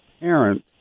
parent